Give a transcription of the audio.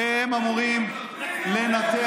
והם אמורים לנתח.